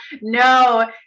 No